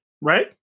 right